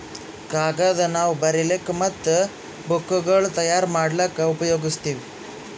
ಕಾಗದ್ ನಾವ್ ಬರಿಲಿಕ್ ಮತ್ತ್ ಬುಕ್ಗೋಳ್ ತಯಾರ್ ಮಾಡ್ಲಾಕ್ಕ್ ಉಪಯೋಗಸ್ತೀವ್